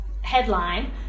headline